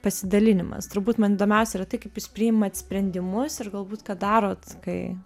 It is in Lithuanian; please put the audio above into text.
pasidalinimas turbūt man įdomiausia yra tai kaip jūs priimat sprendimus ir galbūt ką darot kai